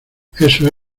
eso